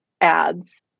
ads